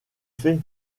fait